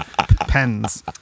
Pens